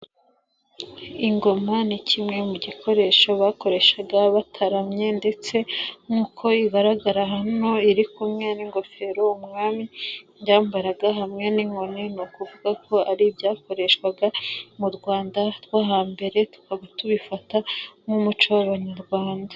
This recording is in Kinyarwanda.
Ingoma ni kimwe mu gikoresho bakoreshaga bataramye ndetse nk'uko igaragara hano, iri kumwe n'ingofero umwami byambaraga hamwe n'inkoni, ni ukuvuga ko ari ibyakoreshwaga mu Rwanda rwo hambere, tukaba tubifata nk'umuco w'Abanyarwanda.